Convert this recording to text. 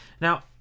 Now